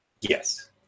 Yes